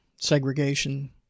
segregation